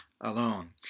alone